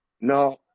No